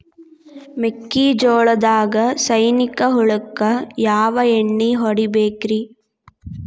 ಮೆಕ್ಕಿಜೋಳದಾಗ ಸೈನಿಕ ಹುಳಕ್ಕ ಯಾವ ಎಣ್ಣಿ ಹೊಡಿಬೇಕ್ರೇ?